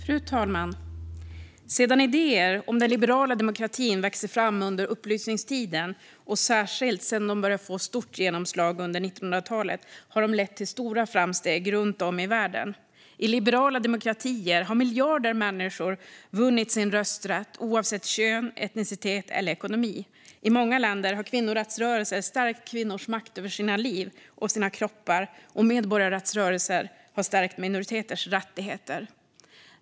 Fru talman! Sedan idéer om den liberala demokratin växte fram under upplysningstiden, och särskilt sedan de började få stort genomslag under 1900-talet har de lett till stora framsteg runt om i världen. I liberala demokratier har miljarder människor vunnit sin rösträtt, oavsett kön, etnicitet eller ekonomi. I många länder har kvinnorättsrörelser stärkt kvinnors makt över sina liv och sina kroppar, och medborgarrättsrörelser har stärkt minoriteters rättigheter.